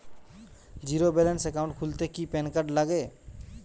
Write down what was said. Zero balance account খুলতে কি PAN card লাগে?